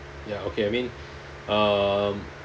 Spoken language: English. ya okay I mean um